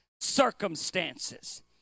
circumstances